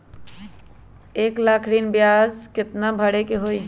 एक लाख ऋन के ब्याज केतना भरे के होई?